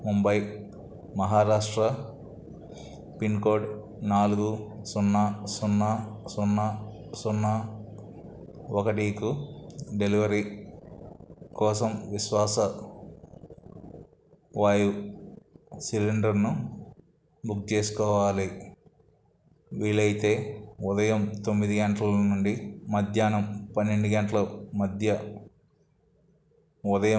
Mumbai Maharashtra pin code నాలుగు సున్నా సున్నా సున్నా సున్నా ఒకటికు డెలివరీ కోసం విశ్వాస వాయువు సిలిండర్ను బుక్ చేసుకోవాలి వీలైతే ఉదయం తొమ్మిది గంటల నుండి మధ్యాహ్నం పన్నెండు గంటల మధ్య ఉదయం